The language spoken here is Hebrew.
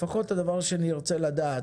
לפחות הדבר שנרצה לדעת,